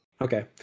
Okay